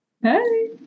hey